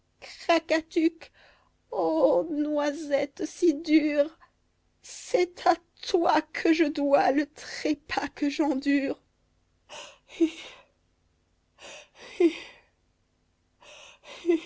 ô noisette si dure c'est à toi que je dois le trépas que j'endure